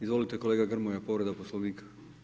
Izvolite kolega Grmoja, povreda Poslovnika.